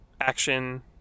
action